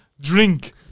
Drink